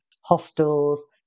hostels